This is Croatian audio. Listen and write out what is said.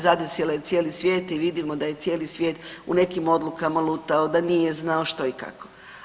Zadesila je cijeli svijet i vidimo da je cijeli svijet u nekim odlukama lutao, da nije znao što i kako.